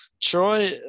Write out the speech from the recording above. Troy